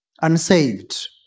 unsaved